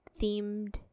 themed